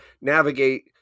navigate